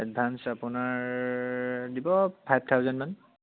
advance আপোনাৰ দিব five থাউজেণ্ডমান